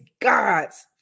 God's